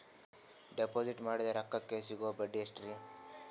Deposit ಮಾಡಿದ ರೊಕ್ಕಕೆ ಸಿಗುವ ಬಡ್ಡಿ ಎಷ್ಟ್ರೀ?